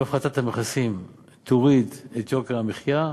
אם הפחתת המכסים תוריד את יוקר המחיה,